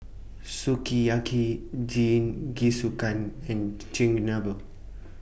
Sukiyaki Jingisukan and Chigenabe